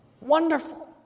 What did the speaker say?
Wonderful